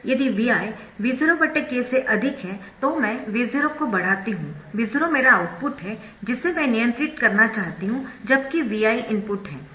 यदि Vi V0k से अधिक है तो मैं V0 को बढाती हूं V0 मेरा आउटपुट है जिसे मैं नियंत्रित करना चाहती हूं जबकि Vi इनपुट है